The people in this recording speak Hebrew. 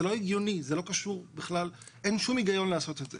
זה לא הגיוני, אין שום היגיון לעשות את זה.